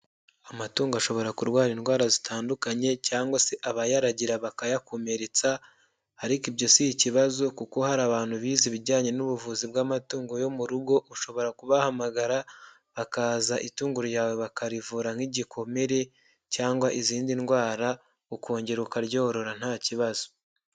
Amatungo ashobora kurwara indwara zitandukanye cyangwa se abayaragira bakayakomeretsa ariko ibyo si ikibazo kuko hari abantu bize ibijyanye n'ubuvuzi bw'amatungo yo mu rugo, ushobora kubahamagara, bakaza itungo ryawe bakarivura nk'igikomere cyangwa izindi ndwara, ukongera ukaryorora nta kibazo.